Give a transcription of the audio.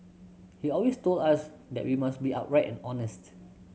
he always told us that we must be upright and honest